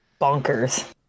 Bonkers